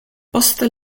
poste